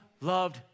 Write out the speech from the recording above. loved